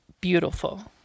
beautiful